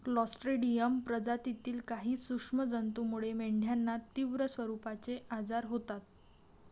Clostridium प्रजातीतील काही सूक्ष्म जंतूमुळे मेंढ्यांना तीव्र स्वरूपाचे आजार होतात